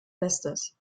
bestes